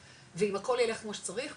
ואם הכול ילך כמו שצריך,